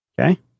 okay